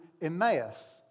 Emmaus